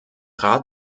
rat